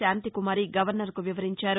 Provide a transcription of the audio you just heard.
శాంతికుమారి గవర్నర్కు వివరించారు